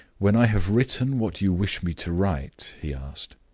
when i have written what you wish me to write, he asked,